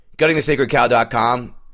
guttingthesacredcow.com